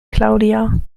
claudia